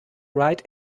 right